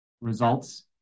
results